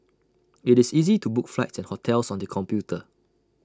IT is easy to book flights and hotels on the computer